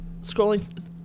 scrolling